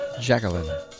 Jacqueline